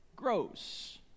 gross